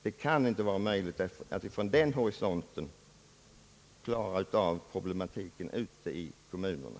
Det kan inte vara möjligt att från den horisonten förstå problemen ute i kommunerna.